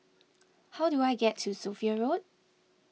how do I get to Sophia Road